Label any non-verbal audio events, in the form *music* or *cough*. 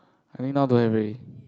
I mean now don't have already *breath*